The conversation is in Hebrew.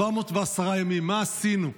410 ימים, מה עשינו?